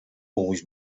always